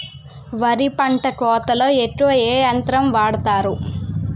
వరి పంట కోతలొ ఎక్కువ ఏ యంత్రం వాడతారు?